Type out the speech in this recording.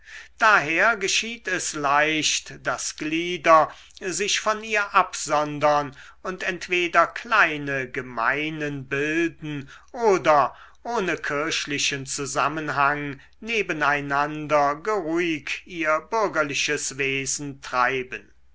daher geschieht es leicht daß glieder sich von ihr absondern und entweder kleine gemeinen bilden oder ohne kirchlichen zusammenhang neben einander geruhig ihr bürgerliches wesen treiben